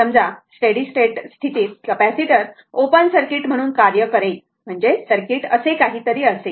समजा steady state स्थितीत capacitor open circuit म्हणून कार्य करेल म्हणजे सर्किट असे काहीतरी असेल